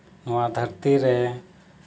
ᱱᱚᱣᱟ ᱫᱷᱟᱹᱨᱛᱤ ᱨᱮ